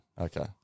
Okay